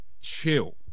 Chill